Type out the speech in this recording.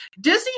Disney